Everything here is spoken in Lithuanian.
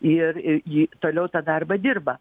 ir ji toliau tą darbą dirba